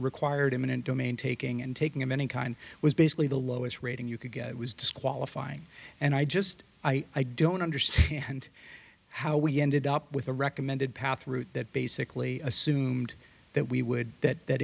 required eminent domain taking and taking of any kind was basically the lowest rating you could get it was disqualifying and i just i don't understand how we ended up with a recommended path route that basically assumed that we would that that